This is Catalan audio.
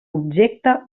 objecte